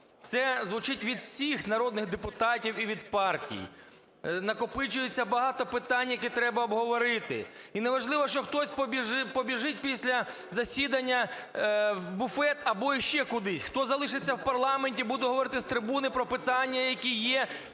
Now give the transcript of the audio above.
це звучить від всіх народних депутатів і від партій. Накопичується багато питань, які треба обговорити. І не важливо, що хтось побіжить після засідання в буфет або іще кудись. Хто залишиться в парламенті і буде говорити з трибуни про питання, які є